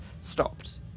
stopped